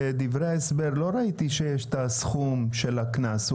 בדברי ההסבר לא ראיתי שיש את הסכום של הקנס.